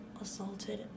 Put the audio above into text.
assaulted